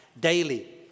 daily